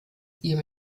ihr